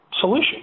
solution